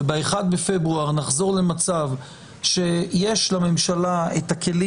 וב-1 בפברואר נחזור למצב שיש לממשלה את הכלים